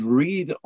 read